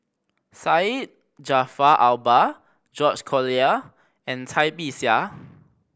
Syed Jaafar Albar George Collyer and Cai Bixia